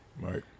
Right